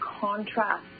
contrast